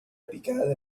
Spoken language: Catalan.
picada